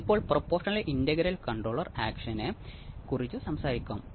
ഇപ്പോൾ R C oscillator oscillate ചെയ്യുന്ന ആവൃത്തിയാണിത്